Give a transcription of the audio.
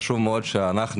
חשוב מאוד שאנחנו,